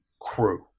crew